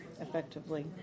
effectively